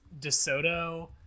DeSoto